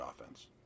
offense